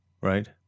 right